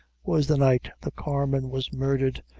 was the night the carman was murdered,